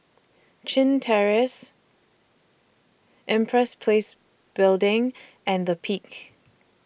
Chin Terrace Empress Place Building and The Peak